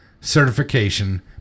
certification